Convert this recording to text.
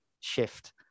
shift